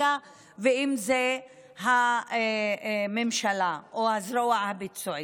החקיקה ואם זו הממשלה או הזרוע הביצועית.